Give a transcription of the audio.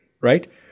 right